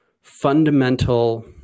fundamental